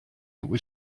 was